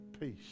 peace